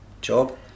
job